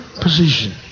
position